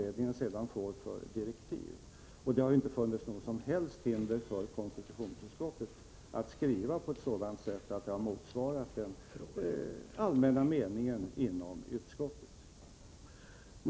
utredningen sedan får. Det har inte funnits något som helst hinder för konstitutionsutskottet att skriva på ett sådant sätt att det motsvarat den allmänna meningen inom utskottet.